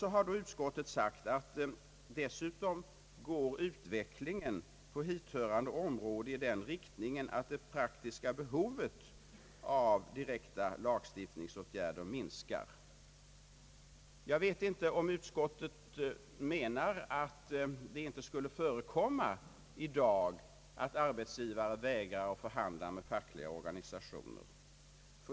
Nu har utskottet dessutom sagt, att utvecklingen på hithörande område går i den riktningen, att det praktiska behovet av direkta lagstiftningsåtgärder minskar, Jag vet inte om utskottet menar, att det inte skulle förekomma i dag att arbetsgivare vägrar att förhandla med fackliga organisationer.